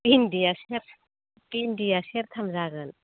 भिन्दियासो भिन्दिया सेरथाम जागोन